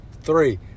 three